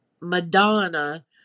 Madonna